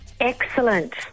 Excellent